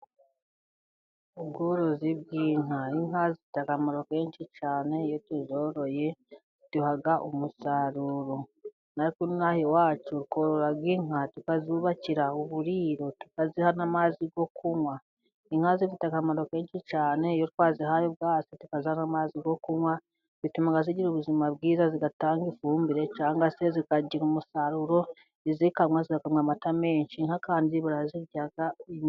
Ubworozi bw'inka inka zigira akamaro kenshi cyane, iyo tuzoroye ziduha umusaruro ,natwe ino aha iwacu tworora inka ,tukazubakira uburiro, tukaziha n' amazi yo kunywa. Inka zifite akamaro kenshi cyane iyo twazihaye ubwatsi, tukaziha n' amazi yo kunywa ,bituma zigira ubuzima bwiza zigatanga ifumbire ,cyangwa se zikagira umusaruro izikamwa zigakamwa amata menshi, inka kandi barazirya.